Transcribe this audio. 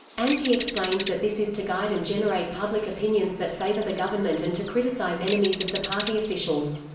anti explains that this is to guide and generate public opinions that favour the government and to criticize enemies of the party officials.